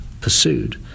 pursued